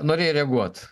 norėjai reaguot